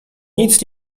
nic